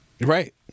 Right